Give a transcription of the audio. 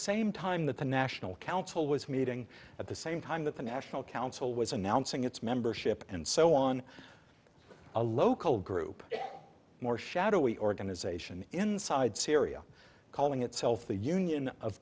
same time that the national council was meeting at the same time that the national council was announcing its membership and so on a local group more shadowy organization inside syria calling itself the union of